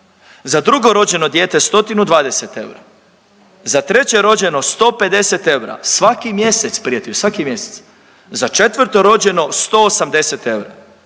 za drugo rođeno dijete 100-tinu 20 eura, za treće rođeno 150 eura, svaki mjesec prijatelju, svaki mjesec, za četvrto rođeno 180 eura